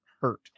hurt